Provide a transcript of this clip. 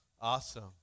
Awesome